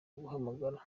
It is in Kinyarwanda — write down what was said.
guhamagara